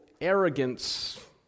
arrogance